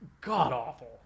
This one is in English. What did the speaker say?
god-awful